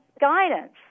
guidance